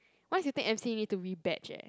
once you take m_c you need to rebatch eh